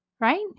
right